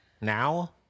now